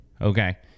okay